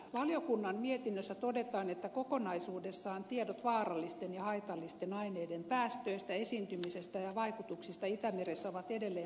valiokunnan mietinnössä todetaan että kokonaisuudessaan tiedot vaarallisten ja haitallisten aineiden päästöistä esiintymisestä ja vaikutuksista itämeressä ovat edelleen puutteellisia